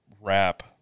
wrap